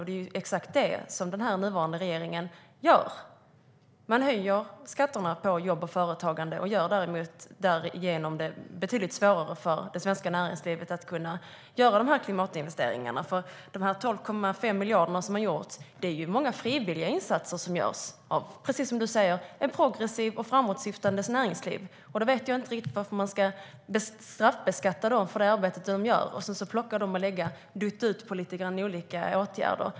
Det är exakt detta som den nuvarande regeringen gör: Man höjer skatterna på jobb och företagande och gör det därigenom betydligt svårare för det svenska näringslivet att göra klimatinvesteringar. När det gäller de 12,5 miljarderna är det många frivilliga insatser som görs av ett progressivt och framåtsyftande näringsliv, precis som Matilda Ernkrans sa. Då vet jag inte riktigt varför man ska straffbeskatta dem för det arbete de gör och sedan dutta ut det på lite olika åtgärder.